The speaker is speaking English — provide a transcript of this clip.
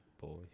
Boy